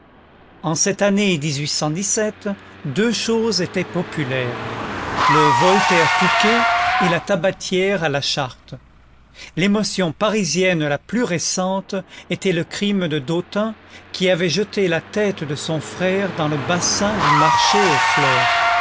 en cette année deux choses étaient populaires le voltaire touquet et la tabatière à la charte l'émotion parisienne la plus récente était le crime de dautun qui avait jeté la tête de son frère dans le bassin du marché aux fleurs